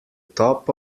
top